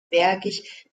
bergig